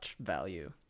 value